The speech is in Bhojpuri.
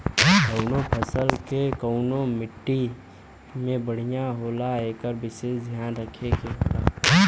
कउनो फसल के कउने मट्टी में बढ़िया होला एकर विसेस धियान रखे के होला